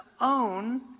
own